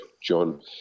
John